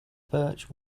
birch